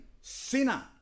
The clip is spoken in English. sinner